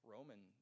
Roman